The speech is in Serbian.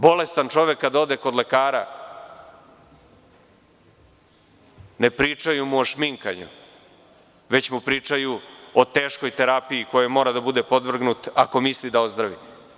Bolestan čovek kad ode kod lekara, ne pričaju mu o šminkanju, već mu pričaju o teškoj terapiji kojoj mora da bude podvrgnut ako misli da ozdravi.